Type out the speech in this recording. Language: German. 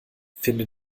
finde